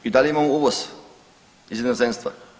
I dalje imamo uvoz iz inozemstva.